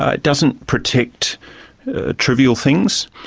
ah it doesn't protect trivial things.